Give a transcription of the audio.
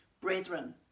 brethren